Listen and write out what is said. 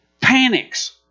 panics